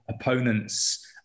opponents